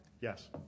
Yes